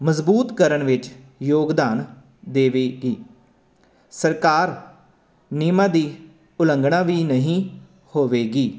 ਮਜ਼ਬੂਤ ਕਰਨ ਵਿੱਚ ਯੋਗਦਾਨ ਦੇਵੇਗੀ ਸਰਕਾਰੀ ਨਿਯਮਾਂ ਦੀ ਉਲੰਘਣਾ ਵੀ ਨਹੀਂ ਹੋਵੇਗੀ